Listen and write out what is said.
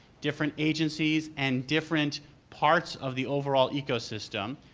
different agencies and different parts of the overall eco-system.